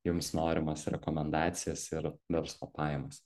jums norimas rekomendacijas ir verslo pajamas